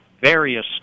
various